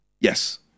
yes